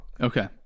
Okay